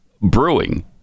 brewing